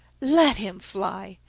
let him fly,